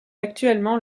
actuellement